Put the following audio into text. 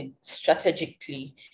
strategically